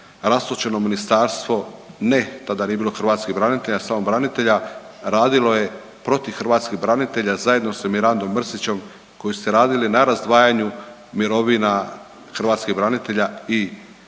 rastočeno ministarstvo ne tada nije bilo hrvatskih branitelja, samo branitelja radilo je protiv hrvatskih branitelja zajedno sa Mirandom Mrsićom koji ste radili na razdvajanju mirovina hrvatskih branitelja i Zakona